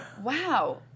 Wow